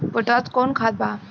Potash कोउन खाद बा?